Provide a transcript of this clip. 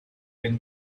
been